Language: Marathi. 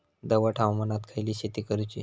दमट हवामानात खयली शेती करूची?